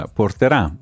porterà